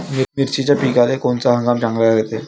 मिर्चीच्या पिकाले कोनता हंगाम चांगला रायते?